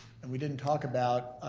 and we didn't talk about,